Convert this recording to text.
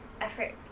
effort